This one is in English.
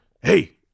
Hey